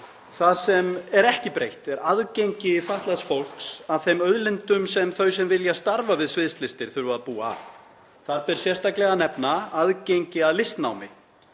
það sem er ekki breytt er aðgengi fatlaðs fólks að þeim auðlindum sem þau sem vilja starfa við sviðslistir þurfa að búa við. Þar ber sérstaklega að nefna aðgengi að listnámi.